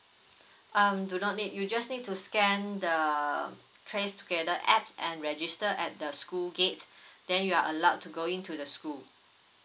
um do not need you just need to scan the tracetogether app and register at the school gate then you are allowed to go into the school